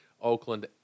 Oakland